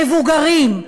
מבוגרים,